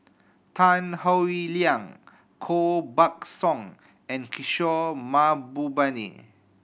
Tan Howe Liang Koh Buck Song and Kishore Mahbubani